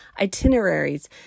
itineraries